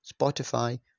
Spotify